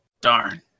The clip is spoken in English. Darn